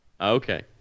Okay